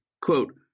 quote